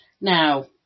Now